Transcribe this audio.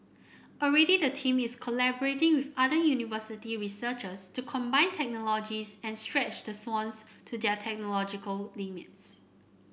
already the team is collaborating with other university researchers to combine technologies and stretch the swans to their technological limits